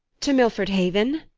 to milford haven.